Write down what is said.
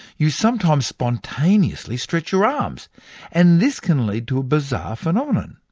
you sometimes spontaneously stretch your arms and this can lead to a bizarre phenomenon.